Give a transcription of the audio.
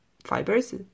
Fibers